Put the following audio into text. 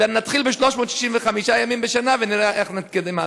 נתחיל ב-365 ימים בשנה, ונראה איך נתקדם הלאה.